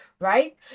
right